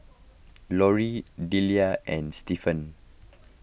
Lorri Delia and Stephan